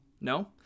No